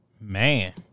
Man